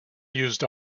used